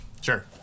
Sure